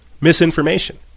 misinformation